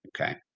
okay